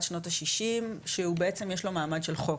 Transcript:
שנות ה- 60 שהוא בעצם יש לו מעמד של חוק,